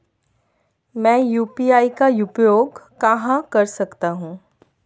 मैं यू.पी.आई का उपयोग कहां कर सकता हूं?